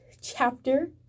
chapter